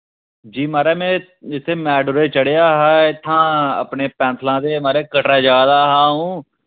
जी महाराज में इत्थे मैटाडोरे चढ़ेआ हा इत्थां अपने पैंथलां ते महाराज कटरै जा दा हा आ'ऊं